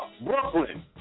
Brooklyn